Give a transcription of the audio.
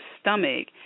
stomach